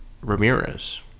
Ramirez